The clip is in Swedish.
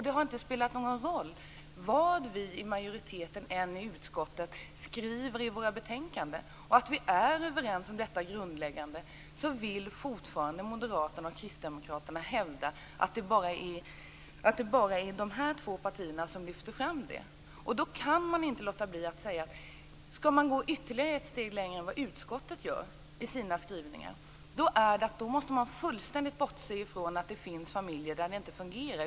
Det har inte spelat någon roll vad vi i utskottsmajoriteten än har velat skriva i vårt betänkande och att vi är överens om det grundläggande. Moderaterna och kristdemokraterna vill fortfarande hävda att det bara är dessa två partier som lyfter fram den frågan. Jag kan inte låta bli att säga följande: Om man skall gå ytterligare ett steg längre än vad utskottsmajoriteten gör i sina skrivningar måste man fullständigt bortse ifrån att det finns familjer där detta inte fungerar.